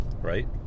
right